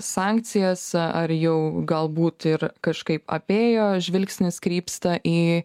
sankcijas ar jau galbūt ir kažkaip apėjo žvilgsnis krypsta į